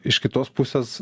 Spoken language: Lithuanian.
iš kitos pusės